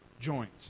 Joint